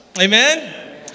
Amen